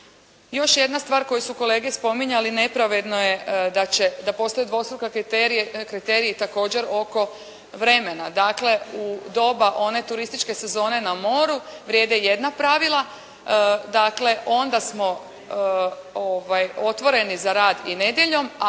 Još jedna stvar koju su kolege spominjali nepravedno je da postoji dvostruka kriteriji oko vremena. Dakle, u doba u one turističke sezona na moru vrijede jedna pravila, dakle onda smo otvoreni za rad i nedjeljom